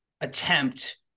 attempt